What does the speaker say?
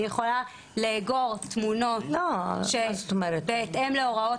אני יכולה לאגור תמונות בהתאם להוראות